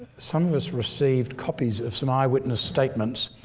some of us received copies of some eyewitness statements,